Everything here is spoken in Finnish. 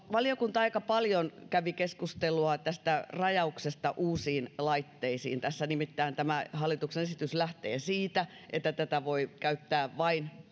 valiokunta kävi aika paljon keskustelua tästä rajauksesta uusiin laitteisiin nimittäin hallituksen esitys lähtee siitä että tätä voi käyttää vain